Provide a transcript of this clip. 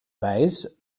weiß